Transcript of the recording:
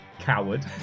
Coward